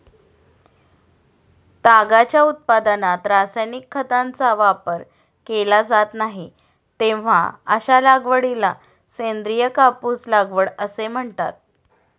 तागाच्या उत्पादनात रासायनिक खतांचा वापर केला जात नाही, तेव्हा अशा लागवडीला सेंद्रिय कापूस लागवड असे म्हणतात